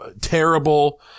terrible